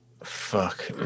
fuck